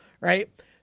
Right